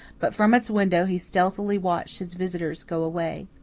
but from its window he stealthily watched his visitors go away.